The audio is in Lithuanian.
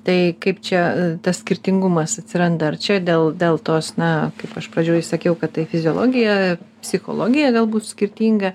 tai kaip čia tas skirtingumas atsiranda ar čia dėl dėl tos na kaip aš pradžioj sakiau kad tai fiziologija psichologija galbūt skirtinga